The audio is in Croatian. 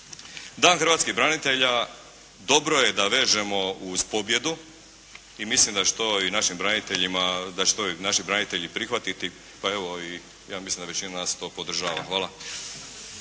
Dan hrvatskih branitelja dobro je da vežemo uz pobjedu i mislim da će to i našim braniteljima, da će to i naši branitelji prihvatiti pa evo i ja mislim da većina nas to podržava. Hvala.